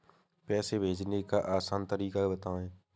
पैसे भेजने का आसान तरीका बताए?